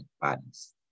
bodies